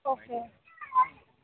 okay